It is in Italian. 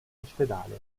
ospedale